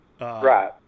right